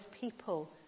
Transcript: people